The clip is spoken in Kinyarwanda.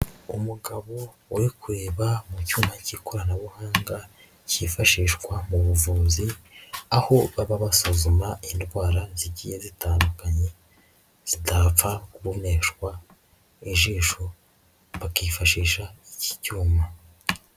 Umugabo we kureba mu cyuyuma cy'ikoranabuhanga cyifashishwa mu buvuzi aho baba basuzuma indwara zigiye zitandukanye zidapfa kuboneshwa ijisho bakifashisha icyuma.